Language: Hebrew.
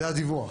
זה הדיווח.